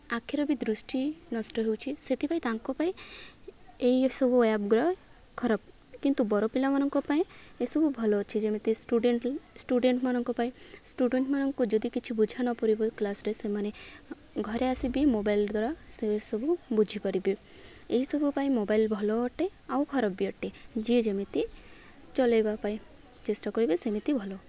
ଆଖିର ବି ଦୃଷ୍ଟି ନଷ୍ଟ ହେଉଛି ସେଥିପାଇଁ ତାଙ୍କ ପାଇଁ ଏଇ ସବୁ ଆପ୍ଗୁଡ଼ା ଖରାପ କିନ୍ତୁ ବଡ଼ ପିଲାମାନଙ୍କ ପାଇଁ ଏସବୁ ଭଲ ଅଛି ଯେମିତି ଷ୍ଟୁଡ଼େଣ୍ଟ୍ ଷ୍ଟୁଡ଼େଣ୍ଟ୍ମାନଙ୍କ ପାଇଁ ଷ୍ଟୁଡେଣ୍ଟ୍ମାନଙ୍କୁ ଯଦି କିଛି ବୁଝାନପଡ଼ିବ କ୍ଲାସ୍ରେ ସେମାନେ ଘରେ ଆସିବି ମୋବାଇଲ୍ ଦ୍ୱାରା ସେସବୁ ବୁଝିପାରିବେ ଏହିସବୁ ପାଇଁ ମୋବାଇଲ୍ ଭଲ ଅଟେ ଆଉ ଖରାପ ବି ଅଟେ ଯିଏ ଯେମିତି ଚଲାଇବା ପାଇଁ ଚେଷ୍ଟା କରିବେ ସେମିତି ଭଲ